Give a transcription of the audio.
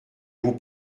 vous